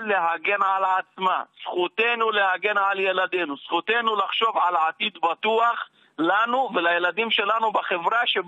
כמו תנועת התנדבות בפרויקט שלנו שנקרא Shalom